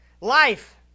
Life